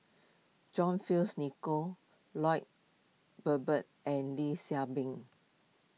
John Fearns Nicoll Lloyd Valberg and Lee Shao Meng